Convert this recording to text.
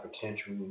potential